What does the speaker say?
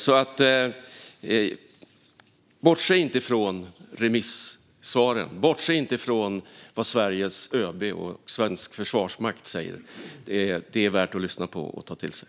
Bortse alltså inte från remissvaren eller från vad Sveriges ÖB och svensk försvarsmakt säger! Det är värt att lyssna på och ta till sig.